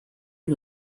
you